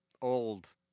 Old